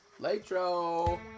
Latro